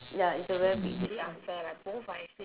ya it's a very big difference